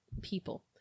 people